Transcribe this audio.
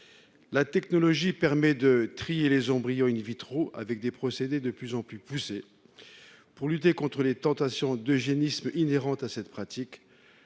La technologie permet de trier les embryons, et les procédés sont de plus en plus poussés. Pour lutter contre les tentations d'eugénisme inhérentes à cette pratique,